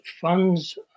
funds